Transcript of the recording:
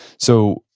so,